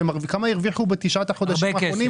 כמה הרוויחו בתשעת החודשים האחרונים?